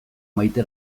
maite